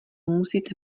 musíte